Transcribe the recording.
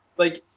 like,